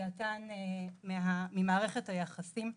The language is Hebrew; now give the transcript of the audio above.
ליציאה ממערכת היחסים האלימה.